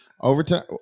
Overtime